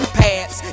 pads